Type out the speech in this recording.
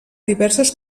diverses